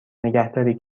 نگهداری